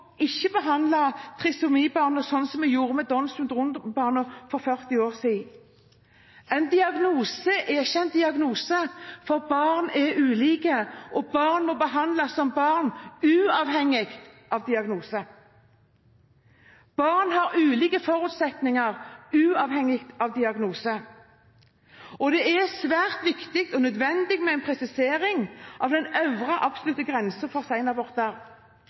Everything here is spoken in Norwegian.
for 40 år siden. En diagnose er ikke en diagnose, for barn er ulike, og barn må behandles som barn, uavhengig av diagnose. Barn har ulike forutsetninger, uavhengig av diagnose. Det er svært viktig og nødvendig med en presisering av den øvre absolutte grensen for